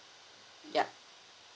ya